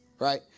right